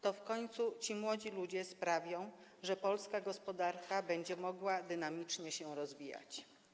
To w końcu ci młodzi ludzie sprawią, że polska gospodarka będzie mogła dynamicznie się rozwijać.